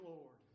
Lord